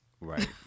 right